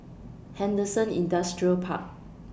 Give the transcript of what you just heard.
Henderson Industrial Park